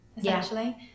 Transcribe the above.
essentially